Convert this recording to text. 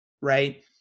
right